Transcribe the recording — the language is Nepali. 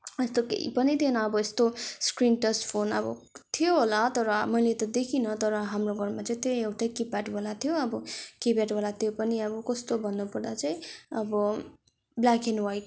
यस्तो केही पनि थिएन अब यस्तो स्क्रिन टच फोन अब थियो होला तर मैले त दखिनँ तर हाम्रो घरमा चाहिँ त्यही एउटै किफ्याडवाला थियो अब किप्याडवाला त्यो पनि अब कस्तो भन्नुपर्दा चाहिँ अब ब्ल्याक एन्ड वाइट